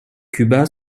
cuba